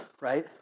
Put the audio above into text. right